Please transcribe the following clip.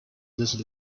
this